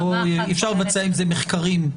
אי אפשר לבצע עם זה מחקרים.